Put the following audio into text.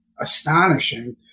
astonishing